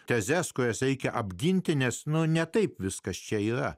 tezes kurias reikia apginti nes nu ne taip viskas čia yra